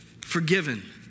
forgiven